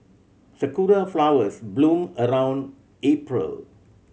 sakura flowers bloom around April